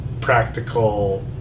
practical